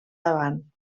davant